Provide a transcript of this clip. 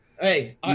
Hey